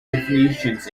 definitions